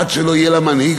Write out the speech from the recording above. עד שלא יהיה לה מנהיג,